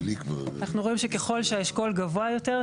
אנחנו רואים שככל שהאשכול גבוה יותר,